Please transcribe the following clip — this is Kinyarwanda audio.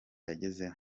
yagezeho